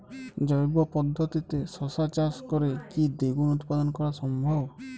জৈব পদ্ধতিতে শশা চাষ করে কি দ্বিগুণ উৎপাদন করা সম্ভব?